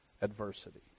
adversity